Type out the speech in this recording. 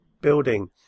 building